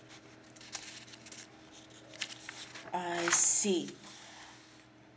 I see